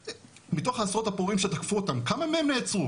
מתוך עשרות הפורעים שתקפו אותם - כמה מהם נעצרו?